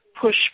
Push